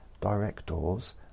Directors